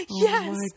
Yes